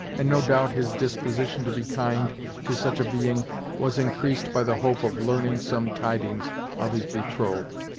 and, no doubt, his disposition to be kind to such a being was increased by the hope of learning some tidings of his betrothed.